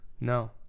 No